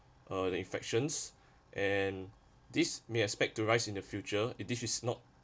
uh the infections and this may expect to rise in the future if this is not